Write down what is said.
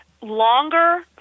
Longer